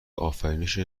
آفرینش